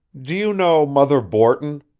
do you know mother borton?